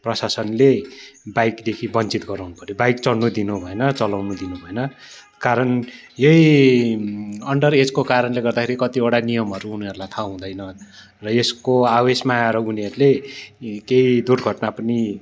प्रशासनले बाइकदेखि बन्चित गराउनु पऱ्यो बाइक चढ्नु दिनु भएन चलाउनु दिनु भएन कारण यही अन्डर एजको कारणले गर्दाखेरि कतिवटा नियमहरू उनीहरूलाई थाहा हुँदैन र यसको आवेशमा आएर उनीहरूले केही दुर्घटना पनि